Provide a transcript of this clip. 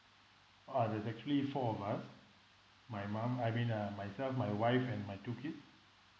uh there's actually four of us my mum I mean uh myself my wife and my two kids